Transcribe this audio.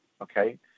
okay